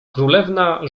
królewna